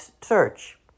search